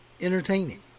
entertaining